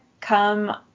come